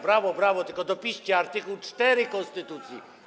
Brawo, brawo, tylko dopiszcie art. 4 konstytucji.